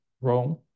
Rome